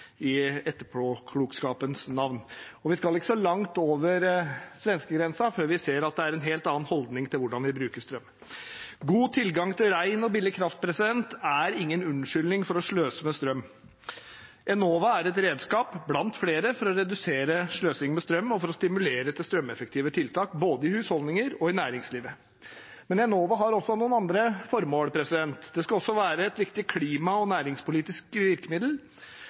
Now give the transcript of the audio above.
i etterpåklokskapens lys. Vi skal ikke så langt over svenskegrensen før vi ser at det er en helt annen holdning til hvordan vi bruker strøm. God tilgang til ren og billig kraft er ingen unnskyldning for å sløse med strøm. Enova er et redskap blant flere for å redusere sløsingen med strøm og for å stimulere til strømeffektive tiltak både i husholdninger og i næringsliv. Men Enova har også noen andre formål. Det skal også være et viktig klima- og næringspolitisk virkemiddel